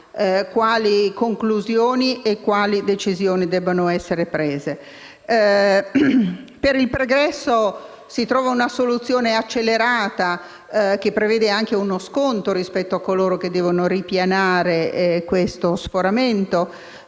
quali conclusioni e quali decisioni debbano essere prese. Per il pregresso si trova dunque una soluzione accelerata, che prevede anche uno sconto rispetto a coloro che devono ripianare tale sforamento.